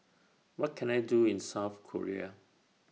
What Can I Do in South Korea